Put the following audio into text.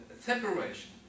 separation